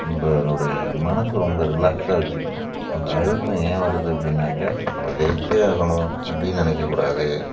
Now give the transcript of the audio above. நம்மளோடைய மனது ரொம்ப ரிலாக்ஸாக வெச்சுக்கணும் அந்த அழுத்தம் ஏன் வருது அப்படின்னாக்கா நம்ம ஜெயித்தே ஆகணும் அப்படின்னு நினைக்கக் கூடாது